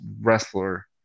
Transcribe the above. wrestler